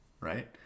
Right